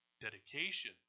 Dedication